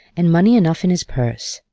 and money enough in his purse,